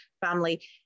family